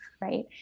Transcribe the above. right